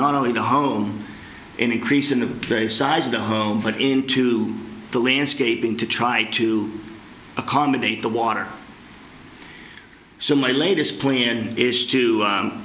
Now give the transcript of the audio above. not only the home an increase in the size of the home but into the landscaping to try to accommodate the water so my latest plan is to